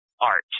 art